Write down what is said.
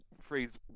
phrase